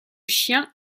chien